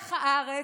מלח הארץ,